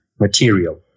material